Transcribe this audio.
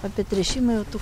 apie tręšimą jau tu